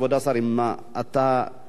אם אתה תשמע,